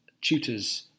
tutors